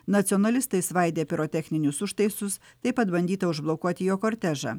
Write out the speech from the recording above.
nacionalistai svaidė pirotechninius užtaisus taip pat bandyta užblokuoti jo kortežą